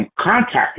contacting